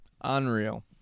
Unreal